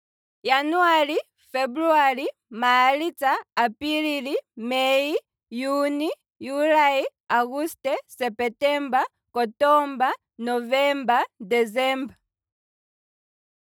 Januali, febuluali, malitsa, apilili, mei, juni, juli, aguste, sepetemba, okotomba, novemba, decemba